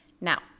Now